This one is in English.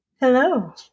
Hello